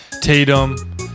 Tatum